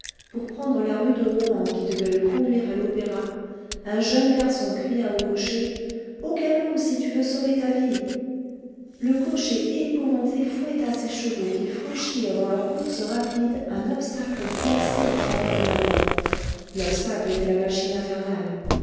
pour prendre la rue de rohan qui devait le conduire à l'opéra un jeune garçon cria au cocher au galop si tu veux sauver ta vie le cocher épouvanté fouetta ses chevaux qui franchirent dans leur course rapide un obstacle placé en travers de la voie l'obstacle était la machine infernale